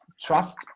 trust